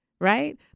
Right